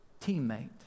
teammate